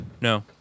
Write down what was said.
no